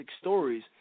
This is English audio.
stories